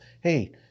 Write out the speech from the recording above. hey